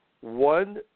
One